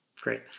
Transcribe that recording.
great